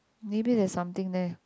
maybe there's something there